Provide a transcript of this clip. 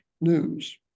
news